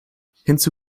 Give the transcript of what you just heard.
hinzu